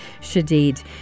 Shadid